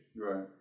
Right